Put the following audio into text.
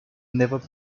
never